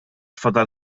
fadal